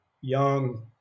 young